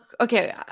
okay